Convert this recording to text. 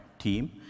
Team